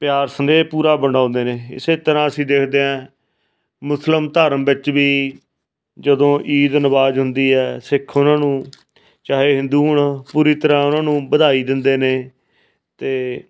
ਪਿਆਰ ਸੰਦੇਹ ਪੂਰਾ ਬਣਾਉਂਦੇ ਨੇ ਇਸੇ ਤਰ੍ਹਾਂ ਅਸੀਂ ਦੇਖਦੇ ਹਾਂ ਮੁਸਲਿਮ ਧਰਮ ਵਿੱਚ ਵੀ ਜਦੋਂ ਈਦ ਨਵਾਜ਼ ਹੁੰਦੀ ਹੈ ਸਿੱਖ ਉਹਨਾਂ ਨੂੰ ਚਾਹੇ ਹਿੰਦੂ ਹੋਣਾ ਪੂਰੀ ਤਰ੍ਹਾਂ ਉਹਨਾਂ ਨੂੰ ਵਧਾਈ ਦਿੰਦੇ ਨੇ ਅਤੇ